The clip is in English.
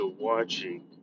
watching